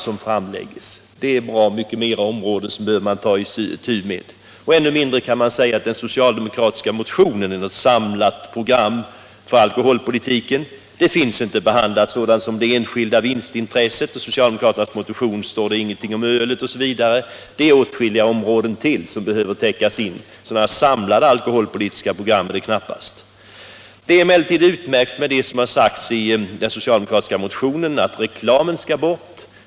Det är åtskilliga fler områden som vi behöver ta itu med. Ännu mindre kan man säga att den socialdemokratiska motionen innebär något samlat program för alkoholpolitiken. I motionen behandlas t.ex. inte sådana saker som det enskilda vinstintresset, ölet osv. Det är alltså åtskilliga områden till som behöver täckas in, och några samlade alkoholpolitiska program är det alltså knappast fråga om. Det är emellertid utmärkt att det i den socialdemokratiska motionen föreslås att reklamen för alkoholdrycker skall förbjudas.